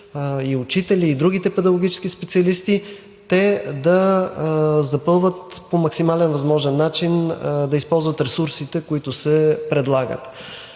и учители, и другите педагогически специалисти, по максимално възможен начин да използват ресурсите, които се предлагат.